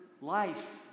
life